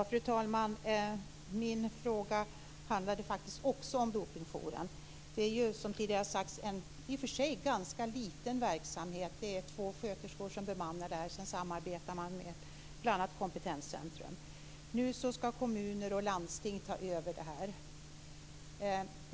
Fru talman! Min fråga handlar faktiskt också om Dopingjouren. Det är som tidigare sagts en i och för sig ganska liten verksamhet. Det är två sköterskor som bemannar jouren, sedan samarbetar man med bl.a. Kompetenscentrum. Nu skall kommuner och landsting ta över detta.